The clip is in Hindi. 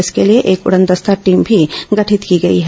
इसके लिए एक उड़नदस्ता की टीम भी गठित की गई है